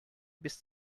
bis